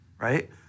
right